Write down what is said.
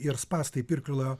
ir spąstai pirklio